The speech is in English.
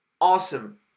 Awesome